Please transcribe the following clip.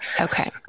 Okay